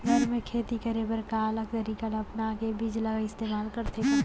घर मे खेती करे बर का अलग तरीका ला अपना के बीज ला इस्तेमाल करथें का?